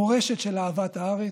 מורשת של אהבת הארץ,